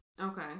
Okay